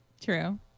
True